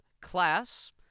Class